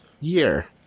year